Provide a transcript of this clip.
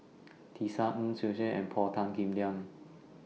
Tisa Ng Tsung Yeh and Paul Tan Kim Liang